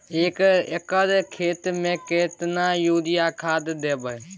एक एकर खेत मे केतना यूरिया खाद दैबे?